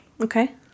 Okay